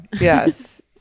Yes